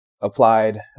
applied